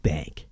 Bank